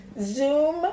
Zoom